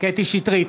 קטי קטרין שטרית,